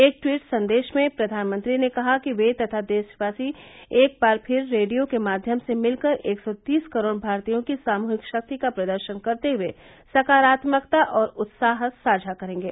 एक टवीट संदेश में प्रधानमंत्री ने कहा कि वे तथा देशवासी एक बार फिर रेडियो के माध्यम से मिलकर एक सौ तीस करोड़ भारतीयों की सामूहिक शक्ति का प्रदर्शन करते हुए सकारात्मकता और उत्साह साझा करेंगे